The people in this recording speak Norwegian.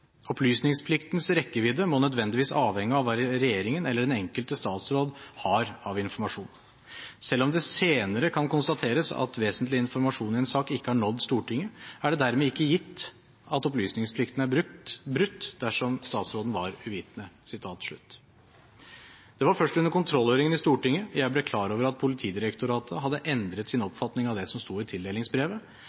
Opplysningspliktens rekkevidde må nødvendigvis avhenge av hva regjeringen eller den enkelte statsråd har av informasjon. Selv om det senere kan konstateres at vesentlig informasjon i en sak ikke har nådd Stortinget, er det dermed ikke gitt at opplysningsplikten er brutt dersom statsråden var uvitende.» Det var først under kontrollhøringen i Stortinget jeg ble klar over at Politidirektoratet hadde endret sin oppfatning av det som sto i tildelingsbrevet,